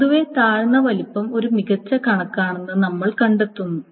പൊതുവേ താഴ്ന്ന വലുപ്പം ഒരു മികച്ച കണക്കാണെന്ന് നമ്മൾ കണ്ടെത്തുന്നു